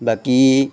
বাকী